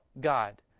god